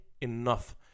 enough